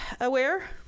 aware